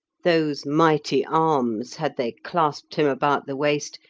those mighty arms, had they clasped him about the waist,